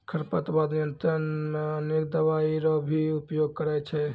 खरपतवार नियंत्रण मे अनेक दवाई रो भी प्रयोग करे छै